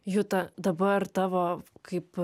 juta dabar tavo kaip